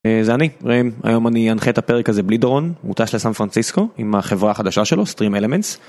זה אני היום אני אנחה את הפרק הזה בלי דורון, הוא טס לסאן פרנסיסקו עם החברה החדשה שלו stream elements.